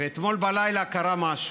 ואתמול בלילה קרה משהו,